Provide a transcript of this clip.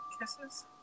Kisses